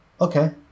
Okay